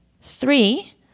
Three